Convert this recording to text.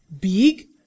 big